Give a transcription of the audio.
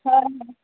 हय हय